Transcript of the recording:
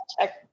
check